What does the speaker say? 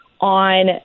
on